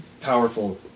powerful